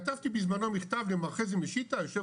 כתבתי בזמנו מכתב למר חזי משיטה היושב